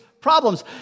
problems